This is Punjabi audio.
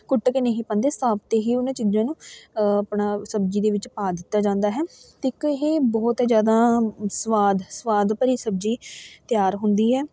ਕੁੱਟ ਕੇ ਨਹੀਂ ਪੈਂਦੇ ਸਾਬਤੇ ਹੀ ਉਹਨਾਂ ਚੀਜ਼ਾਂ ਨੂੰ ਆਪਣਾ ਸਬਜ਼ੀ ਦੇ ਵਿੱਚ ਪਾ ਦਿੱਤਾ ਜਾਂਦਾ ਹੈ ਅਤੇ ਇੱਕ ਇਹ ਬਹੁਤ ਜ਼ਿਆਦਾ ਸਵਾਦ ਸਵਾਦ ਭਰੀ ਸਬਜ਼ੀ ਤਿਆਰ ਹੁੰਦੀ ਹੈ